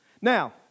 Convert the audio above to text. Now